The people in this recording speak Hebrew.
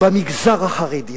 במגזר החרדי,